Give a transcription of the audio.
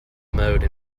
mode